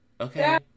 Okay